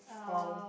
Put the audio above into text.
how